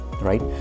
right